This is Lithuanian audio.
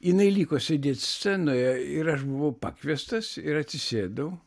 jinai liko sėdėt scenoje ir aš buvau pakviestas ir atsisėdau